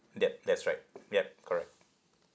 that that's right yup correct